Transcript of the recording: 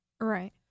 Right